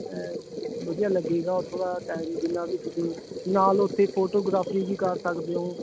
ਵਧੀਆ ਲੱਗੇਗਾ ਉੱਥੋਂ ਦਾ ਟਾਈਮ ਜਿੰਨਾ ਵੀ ਤੁਸੀਂ ਨਾਲ ਉੱਥੇ ਫੋਟੋਗ੍ਰਾਫੀ ਵੀ ਕਰ ਸਕਦੇ ਓਂ